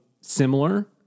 similar